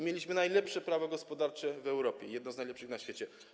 Mieliśmy najlepsze prawo gospodarcze w Europie, jedno z najlepszych na świecie.